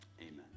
Amen